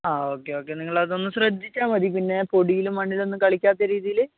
അ okay okay നിങ്ങളതൊന്ന് ശ്രദ്ധിച്ചാൽ മതി പിന്നെ പൊടിയിലും മണ്ണിലൊന്നും കളിക്കാത്ത രീതിയിൽ